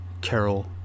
Carol